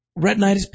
Retinitis